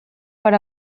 per